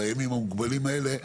בימים המוגבלים האלה,